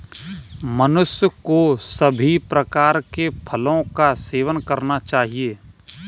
मनुष्य को सभी प्रकार के फलों का सेवन करना चाहिए